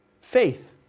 faith